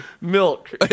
milk